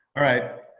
right,